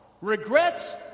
Regrets